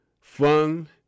fun